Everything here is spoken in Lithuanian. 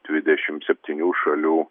dvidešim septynių šalių